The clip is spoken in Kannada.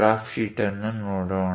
ಗ್ರಾಫ್ ಶೀಟ್ ಅನ್ನು ನೋಡೋಣ